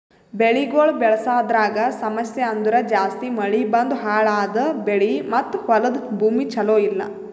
ಬೆಳಿಗೊಳ್ ಬೆಳಸದ್ರಾಗ್ ಸಮಸ್ಯ ಅಂದುರ್ ಜಾಸ್ತಿ ಮಳಿ ಬಂದು ಹಾಳ್ ಆದ ಬೆಳಿ ಮತ್ತ ಹೊಲದ ಭೂಮಿ ಚಲೋ ಇಲ್ಲಾ